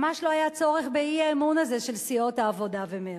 ממש לא היה צורך באי-אמון הזה של סיעות העבודה ומרצ.